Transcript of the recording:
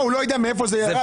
הוא לא יודע מאיפה זה ירד?